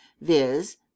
viz